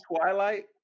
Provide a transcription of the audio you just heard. Twilight